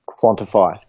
quantify